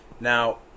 Now